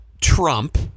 Trump